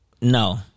No